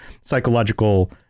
psychological